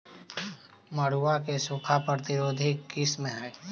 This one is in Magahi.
मड़ुआ के सूखा प्रतिरोधी किस्म हई?